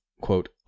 quote